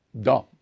dumb